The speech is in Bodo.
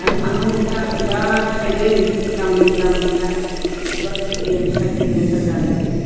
आरो फान्थाव ल'था बिराद थायदों ग्राम ग्राम दा बिबार गेरेमसा गेरेमसा जालायनाय